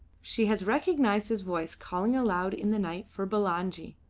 she had recognised his voice calling aloud in the night for bulangi.